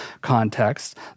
context